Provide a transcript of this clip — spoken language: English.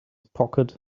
pocket